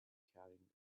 carrying